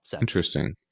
interesting